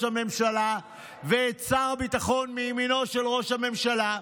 הממשלה ואת שר הביטחון מימינו של ראש הממשלה.